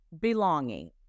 belonging